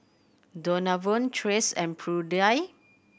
Donavon Tracee and Prudie